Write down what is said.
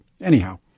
Anyhow